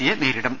സിയെ നേരിടും